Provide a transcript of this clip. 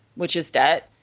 which is debt.